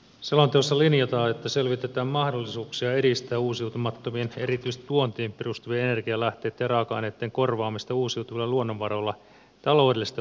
selonteossa linjataan että selvitetään mahdollisuuksia edistää uusiutumattomien erityisesti tuontiin perustuvien energianlähteitten ja raaka aineitten korvaamista uusiutuvilla luonnonvaroilla taloudellisten ohjauskeinojen avulla